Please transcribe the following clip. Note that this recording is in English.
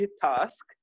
task